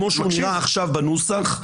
כמו שהוא נראה עכשיו בנוסח,